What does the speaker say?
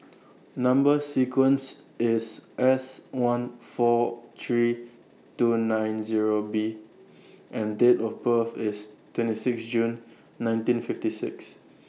Number sequence IS S one four three two nine Zero B and Date of birth IS twenty six June nineteen fifty six